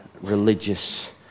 religious